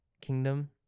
kingdom